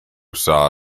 saw